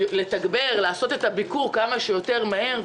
לתגבר, לעשות את הביקור כמה שיותר מהר?